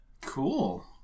cool